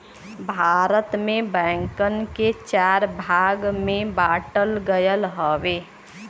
भारत में बैंकन के चार भाग में बांटल गयल हउवे